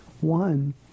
One